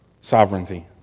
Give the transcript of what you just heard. sovereignty